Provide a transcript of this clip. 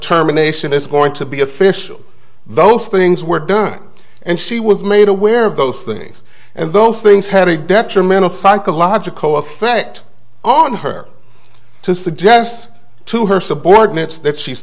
terminations is going to be official those things were done and she was made aware of those things and those things had a detrimental psychological effect on her to suggest to her subordinates that she's